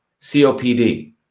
COPD